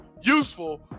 useful